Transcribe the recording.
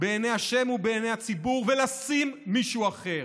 בעיני השם ובעיני הציבור, ולשים מישהו אחר.